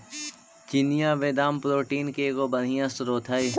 चिनिआबेदाम protein के एगो बढ़ियाँ स्रोत हई